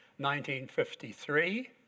1953